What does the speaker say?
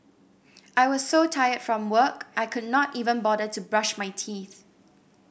I was so tired from work I could not even bother to brush my teeth